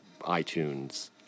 iTunes